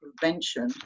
prevention